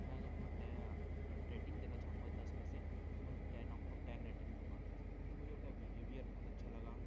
मैं अगर note rating देना चाहूँगा दस में से तो मेरे को ten out of ten rating दूँगा क्योंकि मुझे उनका विहेवीयर बहुत अच्छा लगा